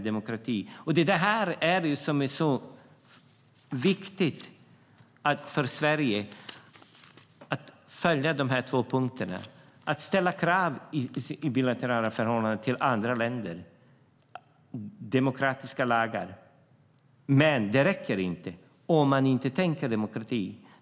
Därför är det så viktigt för Sverige att bilateralt ställa krav på demokratiska lagar i andra länder. Men det räcker inte om man inte tänker demokrati.